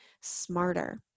smarter